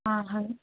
ಹಾಂ ಹಾಂ